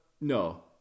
No